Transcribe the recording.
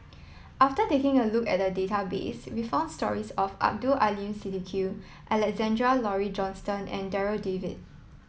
after taking a look at a database we found stories of Abdul Aleem Siddique Alexander Laurie Johnston and Darryl David